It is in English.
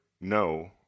no